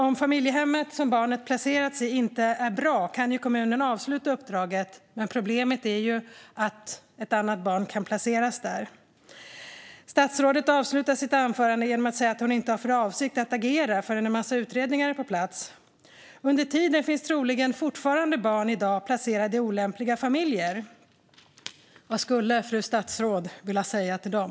Om familjehemmet som barnet placerats i inte är bra kan kommunen avsluta uppdraget, men problemet är att andra barn kan placeras där. Statsrådet avslutar sitt anförande genom att säga att hon inte har för avsikt att agera förrän en massa utredningar är på plats. Under tiden finns det troligen fortfarande barn som är placerade i olämpliga familjer. Vad vill fru statsrådet säga till dem?